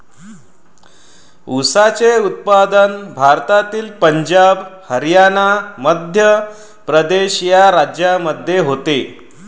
ऊसाचे उत्पादन भारतातील पंजाब हरियाणा मध्य प्रदेश या राज्यांमध्ये होते